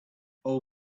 all